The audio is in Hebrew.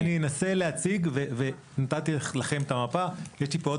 אני אנסה להציג - נתתי לכם את המפה ויש לי כאן עוד